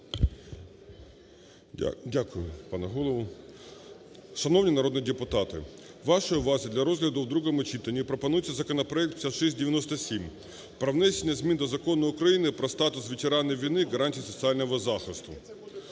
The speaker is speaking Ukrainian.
Дякую, пане Голово. Шановні народні депутати! Вашій увазі для розгляду у другому читанні пропонується законопроект 5697 про внесення змін до Закону України "Про статус ветеранів війни, гарантії їх соціального захисту".